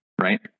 right